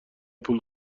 پول